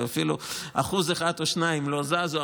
אפילו 1% או 2% לא זזו.